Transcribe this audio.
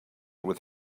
with